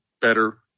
better